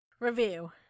review